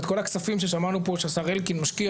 ואת כל הכספים ששמענו פה שהשר אלקין משקיע,